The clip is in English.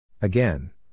Again